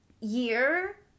year